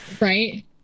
Right